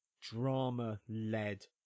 drama-led